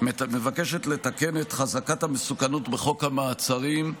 מבקשת לתקן את חזקת המסוכנות בחוק המעצרים,